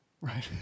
Right